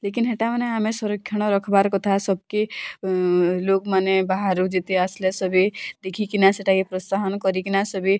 ଲିକିନ୍ ହେଟାମାନେ ଆମେ ସଂରକ୍ଷଣ ରଖବାର୍ କଥା ସବ୍କେ ଲୋକ୍ମାନେ ବାହାରୁ ଯେତେ ଆସ୍ଲେ ସବେ ଦେଖିକିନା ସେଟାକେ ପ୍ରୋତ୍ସାହନ କରିକିନା ସବେ